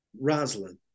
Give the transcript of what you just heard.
Rosalind